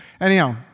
anyhow